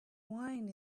wine